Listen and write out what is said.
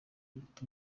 uguta